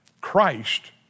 Christ